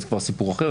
זה כבר סיפור אחר.